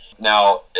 Now